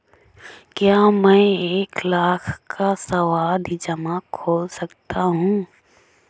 क्या मैं एक लाख का सावधि जमा खोल सकता हूँ?